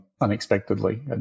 unexpectedly